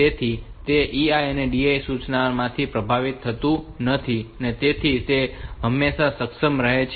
તેથી તે EI DI સૂચનાઓથી પ્રભાવિત નથી થતું અને તેથી તે હંમેશા સક્ષમ રહે છે